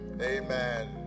amen